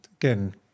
Again